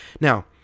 Now